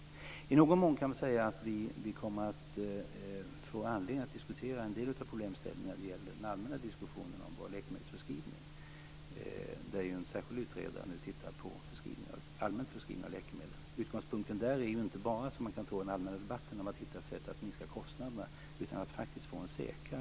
I någon mån kan man säga att vi kommer att få anledning att diskutera en del av problemställningarna när det gäller den allmänna diskussionen om läkemedelsförskrivningen. En särskild utredare tittar nämligen på förskrivningen av allmänt förskrivna läkemedel. Utgångspunkten där är inte bara, som man kan tro av den allmänna debatten, att hitta sätt att minska kostnaderna, utan att få en säkrare utskrivning av läkemedel.